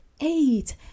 Eight